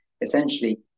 essentially